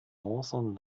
northern